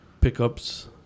pickups